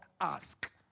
ask